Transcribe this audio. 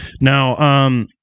now